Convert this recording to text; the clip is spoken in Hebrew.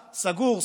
סגור,